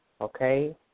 okay